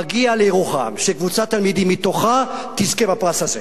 מגיע לירוחם שקבוצת תלמידים מתוכה תזכה בפרס הזה.